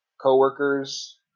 coworkers